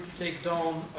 take down